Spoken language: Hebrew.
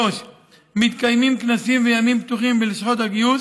3. מתקיימים כנסים וימים פתוחים בלשכות הגיוס